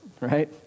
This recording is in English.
right